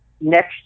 next